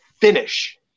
finish